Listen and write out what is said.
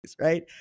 right